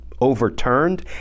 overturned